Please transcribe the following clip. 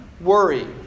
worry